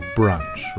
brunch